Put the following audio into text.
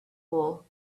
fool